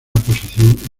posición